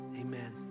amen